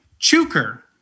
Chuker